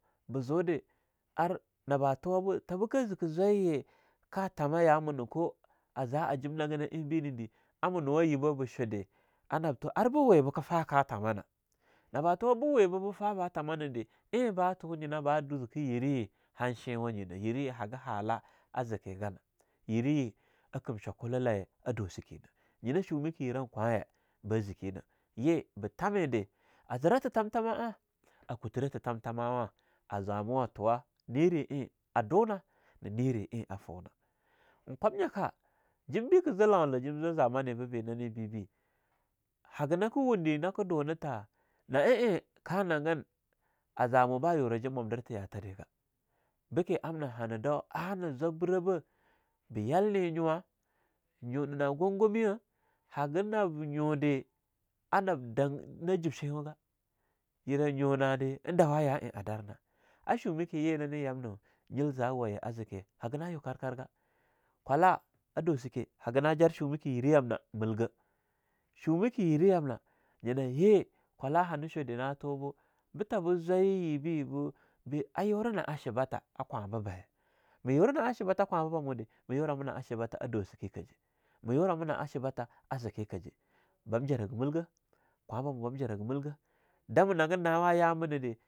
Ba zude ar naba tuwa be tabeka zike zwaiye ka tamah yaumunah ko, a za ajim nagina e be nede, a ma nowa yiba ba shude, ar na toh ar be we beka fah katamana? Nabah tuwa be we bebah fah ba tamanede eing batu nyinah ba du zike yerah ye han shiwa nye nah yeraye haga halla, a zike gana. Yirah ye a kim shwakula laye a dosikenah, yinah shumiki yiran kwahye ba zeki nah, yi ba tamede, a zerah titamtama'a, a kutirah titamtamawa a zamo a tuwa nere e a dunah na nere e afunah. Eing kwamnyaka jim be ka ze laulah jim zwah zamanibe nane bebah hagah na ka wunde na ke dunata na'ai ka nagan a zamo bah yurah jim mwamdirtha yataregah be ke amnah hanah dau ana zwab birah bah, ba yal ne nyuwa, nyunina gongomi'a haga nab nyude anab dang na jib shewugah. Yerah nyuna de ein dawa ya ein a darnah. A shumake yenane yamnah nyil zawaye a zeke hagana yo karkarga. Kwallah a dosike haga na jar shumake yerah yamnah milgah. Shumake yerah yamna nyinah ye kwallah hana shude na tu bu betabo zwayayibi bu..bu a yura na'a shibatah, a kwahnba baye, ma yurah na'a shibata kwahnba bamu de ma yurah ma na'a shibata dosikeh kaje, mayurah ma na'a shibatah a zikekaje, ban jarahgah milgah kwahn bamu bam jaragah milgah dama nagin nawa yawa mina de.